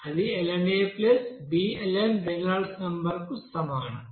అది lnblnరేనాల్డ్స్ నెంబర్ కు సమానం